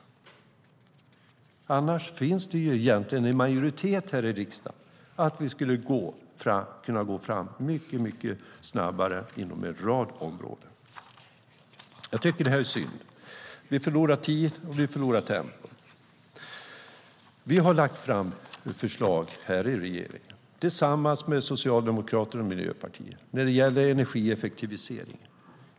Egentligen finns det en majoritet i riksdagen för att gå mycket snabbare fram inom en rad områden, så det är synd. Vi förlorar tid och tempo. Vi har lagt fram förslag i riksdagen tillsammans med Socialdemokraterna och Miljöpartiet vad gäller energieffektivisering.